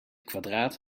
kwadraat